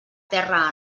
terra